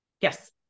Yes